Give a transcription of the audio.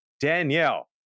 Danielle